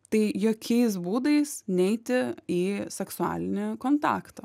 tai jokiais būdais neiti į seksualinį kontaktą